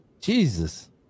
Jesus